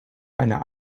einer